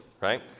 right